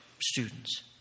students